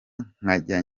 nkajya